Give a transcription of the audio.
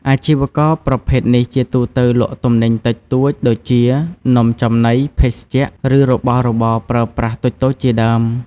អាជីវករប្រភេទនេះជាទូទៅលក់ទំនិញតិចតួចដូចជា នំចំណី ភេសជ្ជៈ ឬរបស់របរប្រើប្រាស់តូចៗជាដើម។